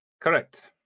Correct